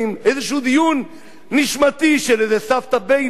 איזשהו דיון נשמתי של איזה סבתא בייניש,